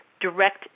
direct